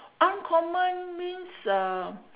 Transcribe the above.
uncommon means uh